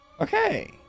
Okay